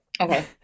Okay